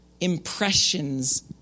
Impressions